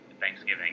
Thanksgiving